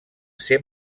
ser